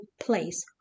place